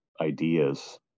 ideas